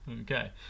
Okay